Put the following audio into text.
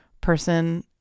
person